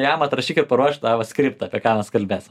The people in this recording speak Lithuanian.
jam atrašyk ir paruošk tą va skriptą apie ką mes kalbėsim